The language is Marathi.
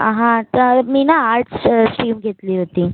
हां तर मी ना आर्ट्स स्ट्रीम घेतली होती